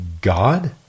God